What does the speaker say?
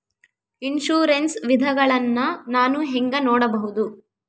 Insurance ವಿಧಗಳನ್ನ ನಾನು ಹೆಂಗ ನೋಡಬಹುದು?